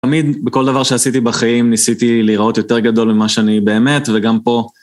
תמיד בכל דבר שעשיתי בחיים ניסיתי להיראות יותר גדול ממה שאני באמת וגם פה.